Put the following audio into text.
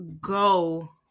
go